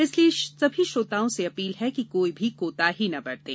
इसलिए सभी श्रोताओं से अपील है कि कोई भी कोताही न बरतें